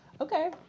Okay